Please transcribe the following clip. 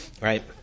right